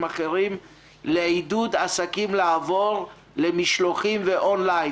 אחרים לעידוד עסקים לעבור למשלוחים באון-ליין.